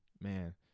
man